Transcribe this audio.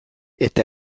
eta